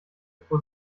pro